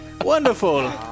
Wonderful